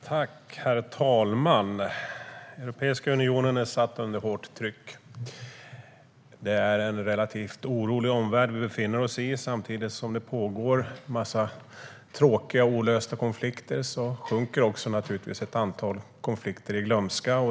Herr talman! Europeiska unionen är satt under hårt tryck. Det är en relativt orolig omvärld vi befinner oss i. Samtidigt som en massa olösta konflikter pågår sjunker ett antal av dem i glömska.